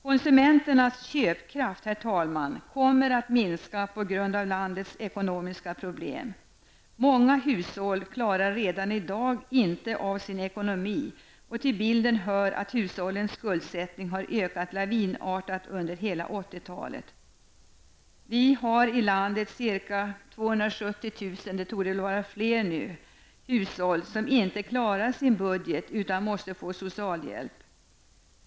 Konsumenternas köpkraft kommer att minska på grund av landets ekonomiska problem. Många hushåll klarar redan i dag inte av sin ekonomi, och till bilden hör att hushållens skuldsättning har ökat lavinartat under hela 1980-talet. Vi har i landet ca 270 000 hushåll som inte klarar sin budget utan måste få socialhjälp.